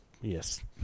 yes